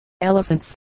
elephants